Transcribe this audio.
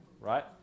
right